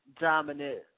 dominant